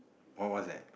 what what's that